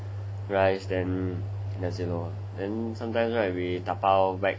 rice then that's it lor then sometimes right we dabao back